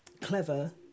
clever